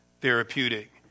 therapeutic